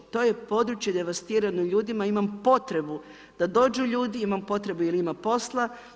To je područje devastirano ljudima, imam potrebu da dođu ljudi, imam potrebu jer ima posla.